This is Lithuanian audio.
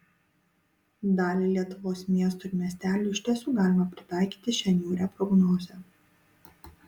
daliai lietuvos miestų ir miestelių iš tiesų galima pritaikyti šią niūrią prognozę